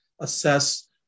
assess